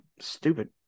stupid